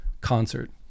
concert